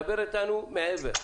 דבר איתנו מעבר.